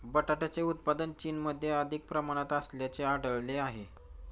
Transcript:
बटाट्याचे उत्पादन चीनमध्ये अधिक प्रमाणात असल्याचे आढळले आहे